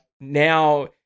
now